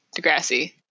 Degrassi